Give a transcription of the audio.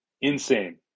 Insane